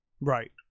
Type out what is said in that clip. Right